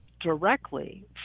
directly